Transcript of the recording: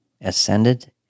ascended